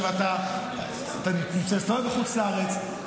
אתה מסתובב בחוץ לארץ,